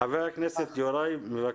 ח"כ יוראי מבקש לשאול שאלה.